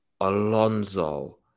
Alonso